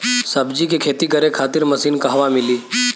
सब्जी के खेती करे खातिर मशीन कहवा मिली?